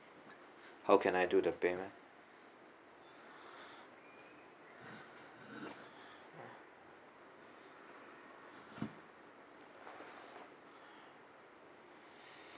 how can I do the payment